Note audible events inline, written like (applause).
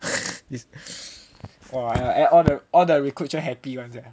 (laughs) all the all the recruit sure happy [one] sia